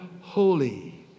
holy